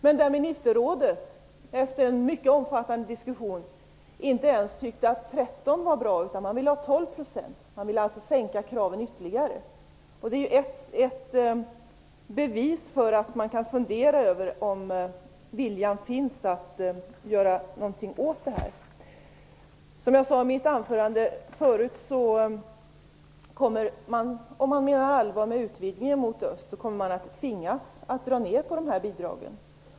Men efter en mycket omfattande diskussion tyckte inte ministerrådet att ens 13 % var bra, utan man ville ha 12 % trädeskrav. Man ville alltså sänka kraven ytterligare. Detta visar att man kan fundera över om viljan finns att göra någonting åt överskottet. Som jag tidigare sade i mitt anförande kommer man, om man menar allvar med utvidgningen mot öst, att tvingas dra ned dessa bidrag.